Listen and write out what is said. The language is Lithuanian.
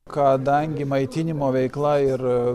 kadangi maitinimo veikla ir